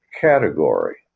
category